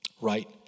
right